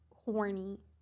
horny